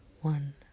one